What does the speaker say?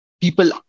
people